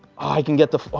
i can get the oh,